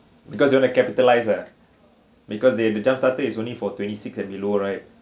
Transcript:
because you want to capitalised ah like because they have the jump starter is only for twenty six and below right